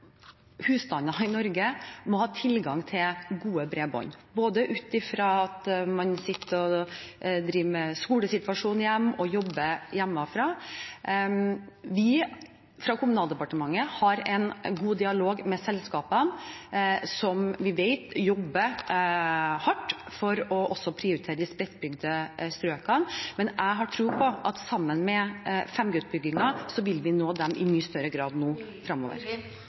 i Norge må ha tilgang til gode bredbånd, både ut fra at man sitter og driver med skolearbeid hjemme, og at man jobber hjemmefra. Vi fra Kommunal- og moderniseringsdepartementet har en god dialog med selskapene, som vi vet jobber hardt for også å prioritere de spredtbygde strøkene, men jeg har tro på at sammen med 5G-utbyggingen vil vi nå dem i mye større grad nå, framover.